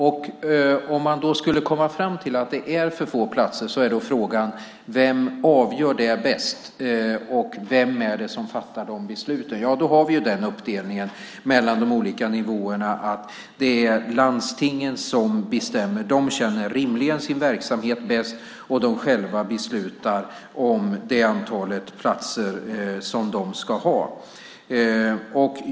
Om man skulle komma fram till att det finns för få platser är frågan: Vem avgör det bäst, och vem fattar de besluten? Vi har den uppdelningen mellan de olika nivåerna att det är landstingen som bestämmer detta. De känner rimligen sin verksamhet bäst och beslutar själva om det antal platser som de ska ha.